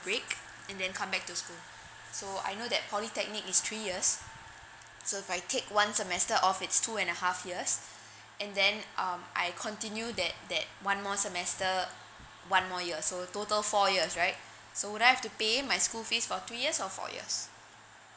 break and them come back to school so I know that polytechnic is three years so if I take one semester off it's two and a half years and then um I continue that that one more semester one more year so total four years right so would I have to pay my school fees for three years or four years